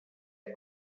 der